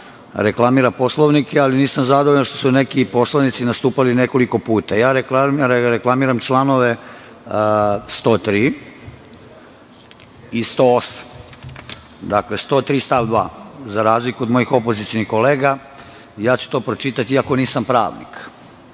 reklamira Poslovnik, ali nisam zadovoljan što su neki poslanici nastupali nekoliko puta. Reklamiram članove 103. i 108.Dakle, 103. stav 2. Za razliku od mojih opozicionih kolega ja ću to pročitati, iako nisam pravnik,